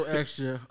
extra